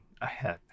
ahead